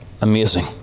amazing